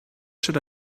should